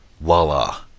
Voila